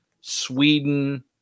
Sweden